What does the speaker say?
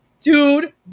Dude